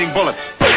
Bullets